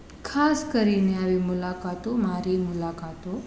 ખાસ કરીને આવી મુલાકાતો મારી મુલાકાતો